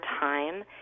time